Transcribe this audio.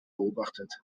beobachtet